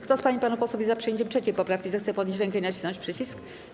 Kto z pań i panów posłów jest za przyjęciem 3. poprawki, zechce podnieść rękę i nacisnąć przycisk.